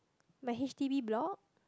my H_D_B block